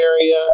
area